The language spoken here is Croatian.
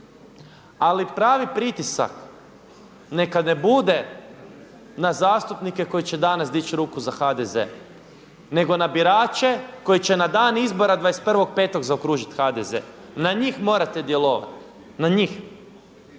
Ali pravi pritisak neka ne bude na zastupnike koji će danas dići ruku za HDZ nego na birače koji će na dan izbora 21.5. zaokružiti HDZ, na njih morate djelovati, na njih